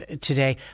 today